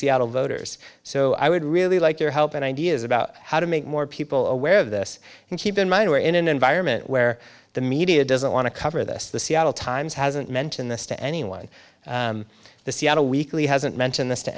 seattle voters so i would really like your help and ideas about how to make more people aware of this and keep in mind we're in an environment where the media doesn't want to cover this the seattle times hasn't mentioned this to anyone the seattle weekly hasn't mentioned this to